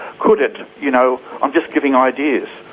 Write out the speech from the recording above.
could it, you know, i'm just giving ideas.